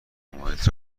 محیط